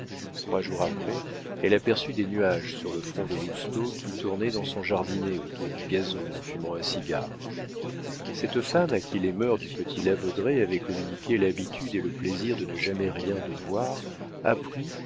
trois jours après elle aperçut des nuages sur le front de lousteau qui tournait dans son jardinet autour du gazon en fumant un cigare cette femme à qui les mœurs du petit la baudraye avaient communiqué l'habitude et le plaisir de ne jamais rien devoir